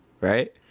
right